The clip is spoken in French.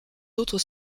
autres